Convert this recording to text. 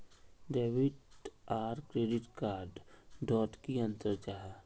Debit आर credit card डोट की अंतर जाहा?